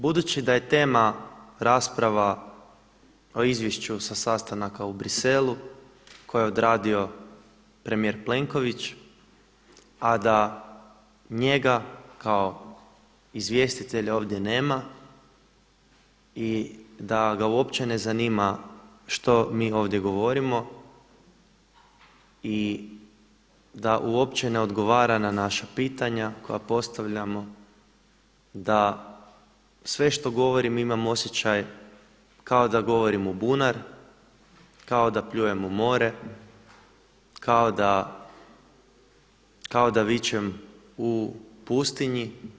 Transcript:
Budući da je tema rasprava o izvješću sa sastanaka u Bruxellesu koje je odradio premijer Plenković, a da njega kao izvjestitelja ovdje nema i da ga uopće ne zanima što mi ovdje govorimo i da uopće ne odgovara na naša pitanja koja postavljamo, da sve što govorim imam osjećaj kao da govorim u bunar, kao da pljujem u more, kao da vičem u pustinji.